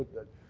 that?